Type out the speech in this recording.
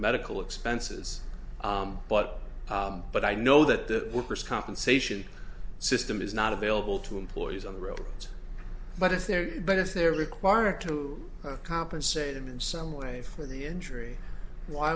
medical expenses but but i know that the workers compensation system is not available to employees on the roads but is there but if they're required to compensate them in some way for the injury why